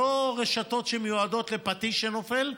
לא רשתות שמיועדות לפטיש שנופל,